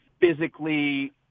physically